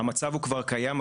המצב הוא כבר קיים,